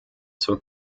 zur